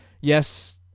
yes